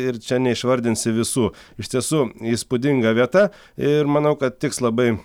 ir čia neišvardinsi visų iš tiesų įspūdinga vieta ir manau kad tiks labai